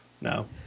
No